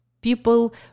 people